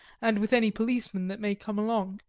and with any policeman that may come along.